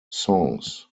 songs